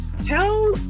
tell